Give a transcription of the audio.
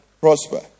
Prosper